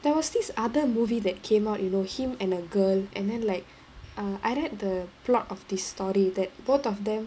there was this other movie that came out you know him and a girl and then like uh I read the plot of this story that both of them